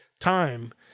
time